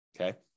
Okay